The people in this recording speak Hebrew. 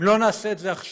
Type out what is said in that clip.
אם לא נעשה את זה עכשיו,